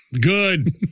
Good